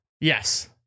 Yes